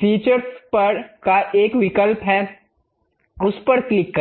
features का एक विकल्प है उस पर क्लिक करें